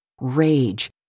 rage